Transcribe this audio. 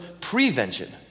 prevention